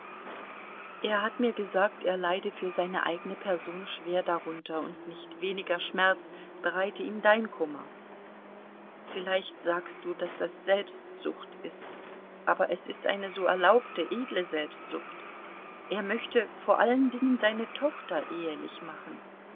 er hat mir gesagt er leide für seine eigene person schwer darunter und nicht weniger schmerz bereite ihm dein kummer vielleicht sagst du daß das selbstsucht ist aber es ist eine so erlaubte edle selbstsucht er möchte vor allen dingen seine tochter ehelich machen